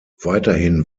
weiterhin